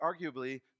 arguably